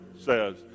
says